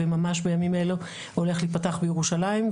וממש בימים אלו הולך להיפתח בירושלים.